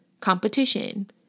competition